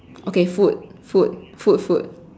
okay food food food food